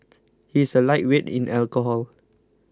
he is a lightweight in alcohol